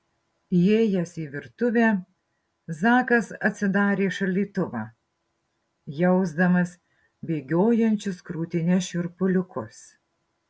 įėjęs į virtuvę zakas atsidarė šaldytuvą jausdamas bėgiojančius krūtine šiurpuliukus